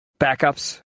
backups